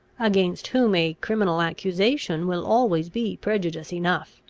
against whom a criminal accusation will always be prejudice enough.